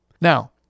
Now